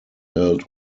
held